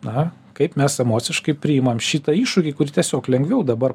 na kaip mes emociškai priimam šitą iššūkį kurį tiesiog lengviau dabar